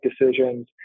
decisions